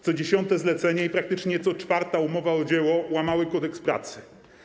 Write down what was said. Co dziesiąte zlecenie i praktycznie co czwarta umowa o dzieło łamały Kodeks pracy.